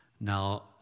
Now